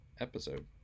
episode